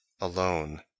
alone